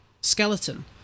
skeleton